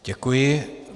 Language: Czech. Děkuji.